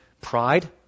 Pride